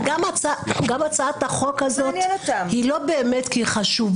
אבל גם הצעת החוק הזאת היא לא באמת כי היא חשובה,